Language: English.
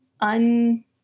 un